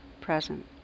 present